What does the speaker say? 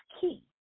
key